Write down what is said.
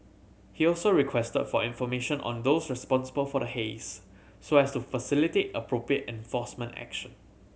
he also requested for information on those responsible for the haze so as to facilitate appropriate enforcement action